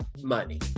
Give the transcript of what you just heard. money